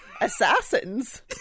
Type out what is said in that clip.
assassins